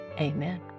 amen